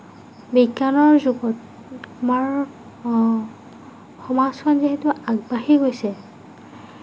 বিজ্ঞানৰ যুগত আমাৰ সমাজখন যিহেতু আগবাঢ়ি গৈছে